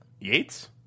Yates